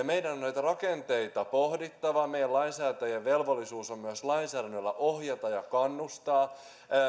meidän on näitä rakenteita pohdittava meidän lainsäätäjien velvollisuus on myös lainsäädännöllä ohjata ja kannustaa